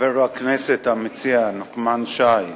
חבר הכנסת המציע נחמן שי,